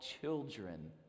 children